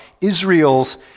Israel's